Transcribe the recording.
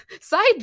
side